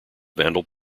vandal